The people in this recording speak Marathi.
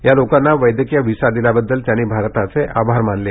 या लोकांना वैद्यकीय व्हिसा दिल्याबद्दल त्यांनी भारताचे आभार मानले